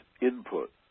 input